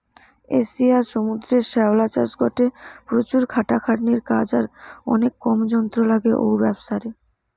এশিয়ার সমুদ্রের শ্যাওলা চাষ গটে প্রচুর খাটাখাটনির কাজ আর অনেক কম যন্ত্র লাগে ঔ ব্যাবসারে